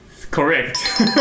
Correct